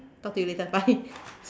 talk to you later bye